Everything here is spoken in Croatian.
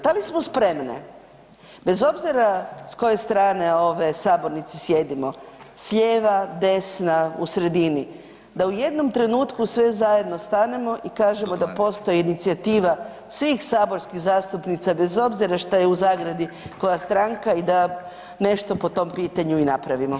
Da li smo spremne bez obzira s koje strane ove sabornice sjedimo, s lijeva, desna, u sredini, da u jednom trenutku sve zajedno stanemo i kažemo da postoji inicijativa svih saborskih zastupnica bez obzira šta je u zagradi koja stranka i da nešto po tom pitanju i napravimo.